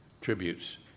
tributes